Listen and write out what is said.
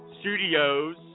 studios